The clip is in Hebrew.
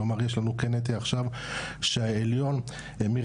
כלומר יש לנו --- עכשיו שהעליון המיר